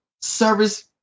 service